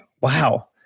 wow